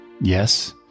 yes